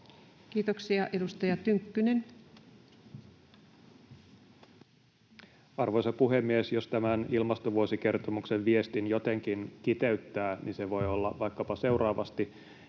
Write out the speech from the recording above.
Time: 14:23 Content: Arvoisa puhemies! Jos tämän ilmastovuosikertomuksen viestin jotenkin kiteyttää, niin se voi olla vaikkapa seuraavasti: